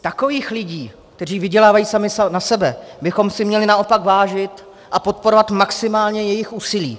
Takových lidí, kteří vydělávají sami na sebe, bychom si měli naopak vážit a podporovat maximálně jejich úsilí.